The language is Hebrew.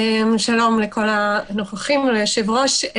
שלום לכל הנוכחים וליושב-ראש.